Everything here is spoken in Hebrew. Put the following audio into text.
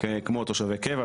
כמו תושבי קבע,